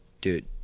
Dude